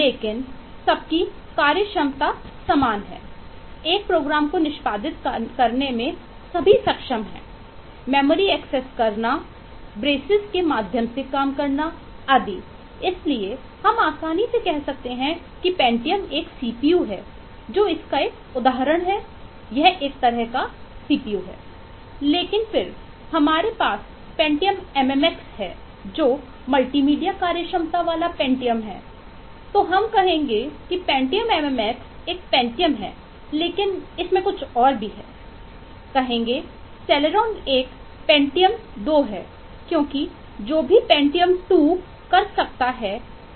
लेकिन फिर हमारे पास पेंटियम एमएमएक्स भी कर सकते हैं